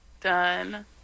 Done